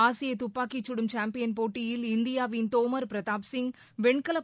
ஆசிய துப்பாக்கிச்சுடும் சாம்பியன் போட்டியில் இந்தியாவின் தோமர் பிரதாப் சிங் வெண்கலப்